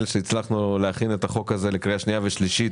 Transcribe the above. שהצלחנו להכין את החוק הזה לקריאה שנייה ושלישית